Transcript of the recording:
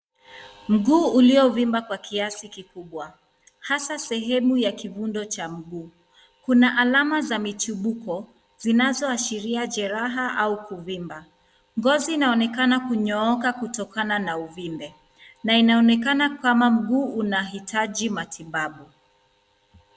Mguu uliovimba kwa kiasi kikubwa hasa sehemu ya kifundo cha mguu. Kuna alama za michibuko zinazoashiria jeraha au kuvimba. Ngozi inaonekana kunyooka kutokana na uvimbe na inaonekana kama mguu unahitaji matibabu.